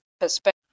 perspective